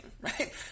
right